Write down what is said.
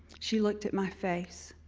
she looked at my face,